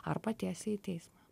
arba tiesiai į teismą